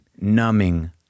numbing